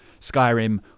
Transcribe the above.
skyrim